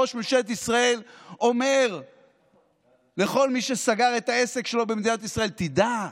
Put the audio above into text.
ראש ממשלת ישראל אומר לכל מי שסגר את העסק שלו במדינת ישראל: תדע,